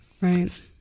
Right